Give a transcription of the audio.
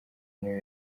niyo